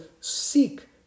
seek